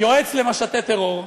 יועץ למשטי טרור,